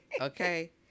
Okay